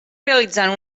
realitzant